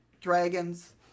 dragons